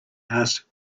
asked